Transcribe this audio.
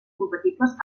compatibles